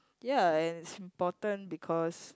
ya and it's important because